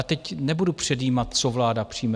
Teď nebudu předjímat, co vláda přijme.